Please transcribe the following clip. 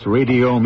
Radio